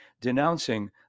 denouncing